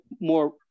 more